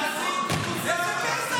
בהצעה שלו.